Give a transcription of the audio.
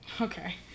Okay